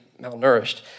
malnourished